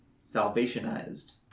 salvationized